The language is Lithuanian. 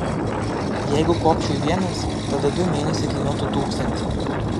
jeigu kopčiau vienas tada du mėnesiai kainuotų tūkstantį